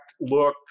look